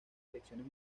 direcciones